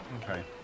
okay